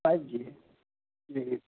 five G ہے جی